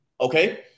Okay